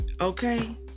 okay